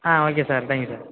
ah okay sir thank you sir